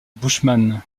bushman